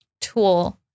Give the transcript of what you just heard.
tool